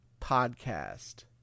podcast